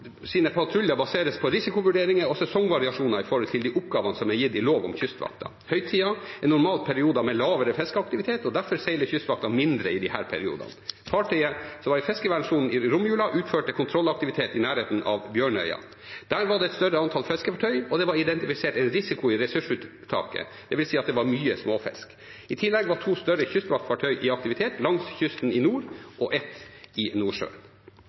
patruljer baseres på risikovurderinger og sesongvariasjoner i henhold til de oppgavene som er gitt i lov om Kystvakten. Høytider er normalt perioder med lavere fiskeaktivitet, derfor seiler Kystvakten mindre i disse periodene. Fartøyet som var i fiskevernssonen i romjula, utførte kontrollaktivitet i nærheten av Bjørnøya. Der var det et større antall fiskefartøy, og det var identifisert en risiko i ressursuttaket, dvs. at det var mye småfisk. I tillegg var to større kystvaktfartøy i aktivitet langs kysten i nord og ett i